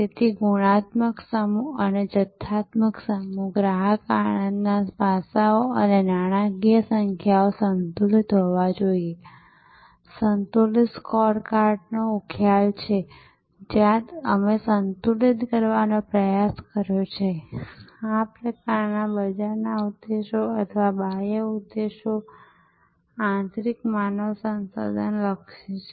તેથી ગુણાત્મક સમૂહ અને જથ્થાત્મક સમૂહ ગ્રાહક આનંદના પાસાઓ અને નાણાકીય સંખ્યાઓ સંતુલિત હોવા જોઈએ સંતુલિત સ્કોરકાર્ડનો ખ્યાલ છે જ્યાં અમે સંતુલિત કરવાનો પ્રયાસ કર્યો છે તેથી આ પ્રકારના બજારના ઉદ્દેશ્યો અથવા બાહ્ય ઉદ્દેશ્યો આંતરિક માનવ સંસાધન લક્ષી છે